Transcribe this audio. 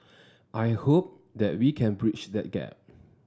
I hope that we can breach that gap